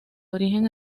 origen